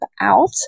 out